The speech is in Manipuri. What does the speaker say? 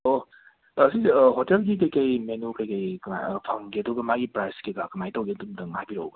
ꯑꯣ ꯁꯤꯁꯦ ꯍꯣꯇꯦꯜꯒꯤ ꯀꯩꯀꯩ ꯃꯦꯅꯨ ꯀꯩꯀꯩ ꯀꯃꯥꯏ ꯐꯪꯒꯦ ꯑꯗꯨꯒ ꯃꯥꯒꯤ ꯄ꯭ꯔꯥꯏꯁ ꯀꯩꯀꯥ ꯀꯃꯥꯏꯇꯧꯒꯦ ꯑꯗꯨꯝꯇ ꯍꯥꯏꯕꯤꯔꯛꯎꯕ